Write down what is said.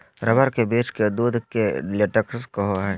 rubber के वृक्ष के दूध के लेटेक्स कहो हइ